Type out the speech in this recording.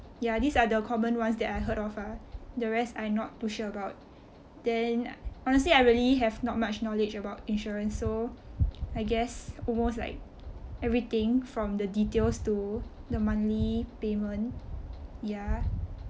ya these are the common ones that I heard of ah the rest I not too sure about then honestly I really have not much knowledge about insurance so I guess almost like everything from the details to the monthly payment ya